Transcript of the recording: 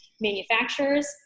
manufacturers